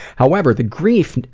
however, the grief, and